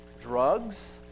drugs